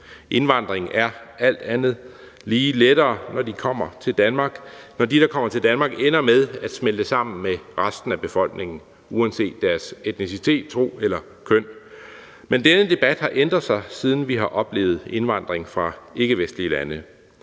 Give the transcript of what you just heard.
Indvandring er alt andet lige lettere, når de, der kommer til Danmark, ender med at smelte sammen med resten af befolkningen uanset deres etnicitet, tro eller køn. Men denne debat har ændret sig, siden vi har oplevet indvandring fra ikkevestlige lande.